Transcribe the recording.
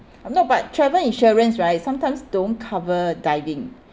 I know but travel insurance right sometimes don't cover diving